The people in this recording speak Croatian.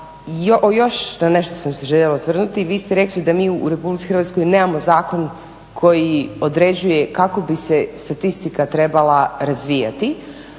Još na nešto sam se željela osvrnuti, vi ste rekli da mi u RH nemamo zakon koji određuje kako bi se statistika trebala razvijati.